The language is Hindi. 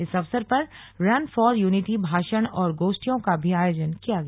इस अवसर पर रन फॉर यूनिटी भाषण और गोष्ठियों का भी आयोजन किया गया